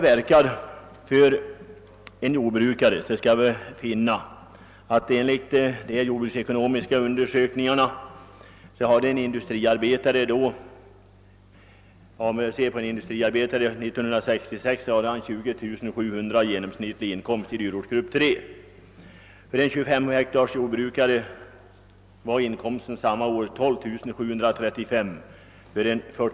en jordbrukare med 25 hektar jord en inkomst samma år på 12735 kronor och för en 40-hektars jordbrukare utgjorde inkomsten 20 914 kronor.